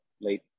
late